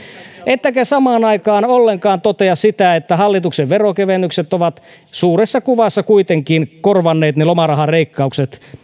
ettekä samaan aikaan ollenkaan totea sitä että hallituksen veronkevennykset ovat suuressa kuvassa kuitenkin korvanneet ne lomarahaleikkaukset